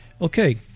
Okay